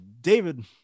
David